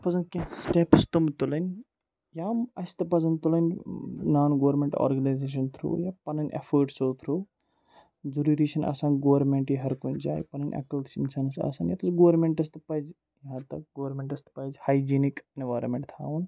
پَزَن کینٛہہ سٹیٚپٕس تِم تُلٕنۍ یا اَسہِ تہِ پَزَن تُلٕنۍ نان گورمٮ۪نٛٹ آرگنایزیشَن تھرٛوٗ یا پَنٕنۍ ایفٲٹسو تھرٛوٗ ضٔروٗری چھِنہٕ آسان گورمٮ۪نٛٹ یی ہَر کُنہِ جایہِ پَنٕنۍ عقل تہِ چھِ اِنسانَس آسان ییٚتَس گورمٮ۪نٛٹَس تہِ پَزِ گورمٮ۪نٛٹَس تہِ پَزِ ہایجیٖنِک اٮ۪نوارَمٮ۪نٛٹ تھاوُن